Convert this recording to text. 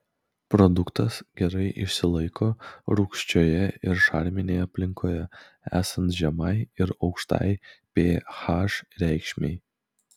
produktas gerai išsilaiko rūgščioje ir šarminėje aplinkoje esant žemai ir aukštai ph reikšmei